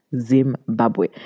Zimbabwe